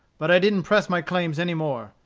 but i didn't press my claims any more,